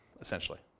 essentially